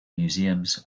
museums